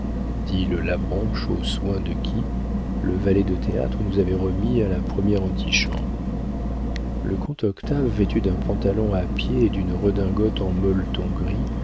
le labranche aux soins de qui le valet de théâtre nous avait remis à la première antichambre le comte octave vêtu d'un pantalon à pieds et d'une redingote de molleton gris